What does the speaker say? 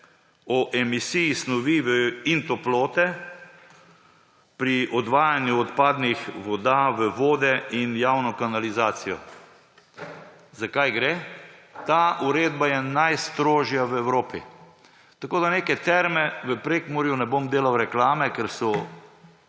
o emisiji snovi in toplote pri odvajanju odpadnih voda v vode in v javno kanalizacijo. Za kaj gre? Ta uredba je najstrožja v Evropi. Tako, da neke terme v Prekmurju – ne bom delal reklame, ker so